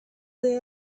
they